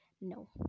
No